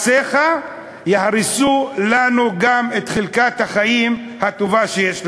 שלא יהרסו לנו מעשיך גם את חלקת החיים הטובה שיש לנו.